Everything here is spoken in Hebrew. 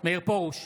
מאיר פרוש,